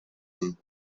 him